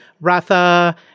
Ratha